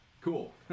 Cool